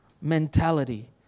mentality